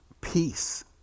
Peace